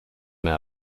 mehr